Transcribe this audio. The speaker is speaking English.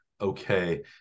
okay